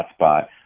hotspot